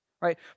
right